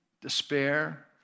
despair